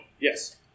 Yes